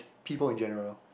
people in general